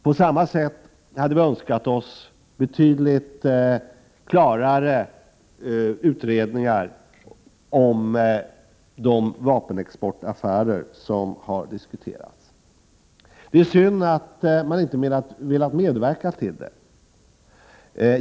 På samma sätt har vi önskat oss betydligt klarare utredningar om de vapenexportaffärer som har diskuterats. Det är synd att man inte har velat medverka till detta.